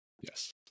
Yes